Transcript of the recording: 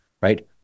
right